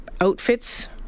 outfits